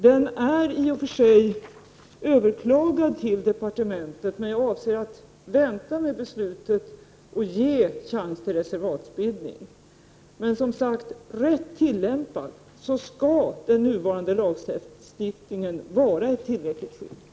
Den är i och för sig överklagad till departementet, men jag avser att vänta med beslutet och ge chans till reservatsbildning. Men, som sagt, rätt tillämpad skall den nuvarande lagstiftningen vara ett tillräckligt skydd.